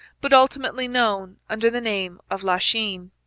but ultimately known under the name of lachine.